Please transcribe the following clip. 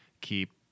Keep